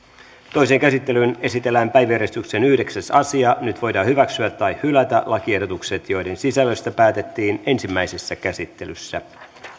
toiseen käsittelyyn esitellään päiväjärjestyksen yhdeksäs asia nyt voidaan hyväksyä tai hylätä lakiehdotukset joiden sisällöstä päätettiin ensimmäisessä käsittelyssä